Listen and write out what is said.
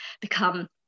become